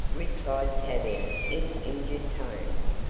replied tavia in injured tones,